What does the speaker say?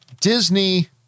Disney